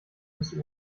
bis